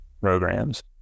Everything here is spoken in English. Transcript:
programs